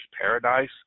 Paradise